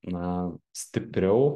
na stipriau